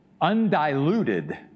undiluted